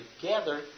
together